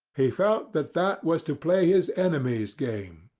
he felt that that was to play his enemy's game,